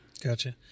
Gotcha